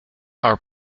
our